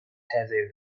heddiw